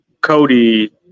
Cody